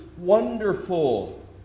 Wonderful